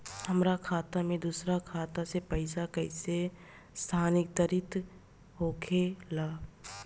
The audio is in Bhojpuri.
हमार खाता में दूसर खाता से पइसा कइसे स्थानांतरित होखे ला?